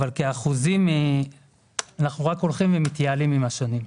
אבל כאחוזים אנחנו רק מתייעלים עם השנים.